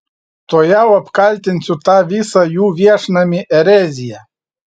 tuojau apkaltinsiu tą visą jų viešnamį erezija